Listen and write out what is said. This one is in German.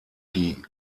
die